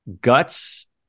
guts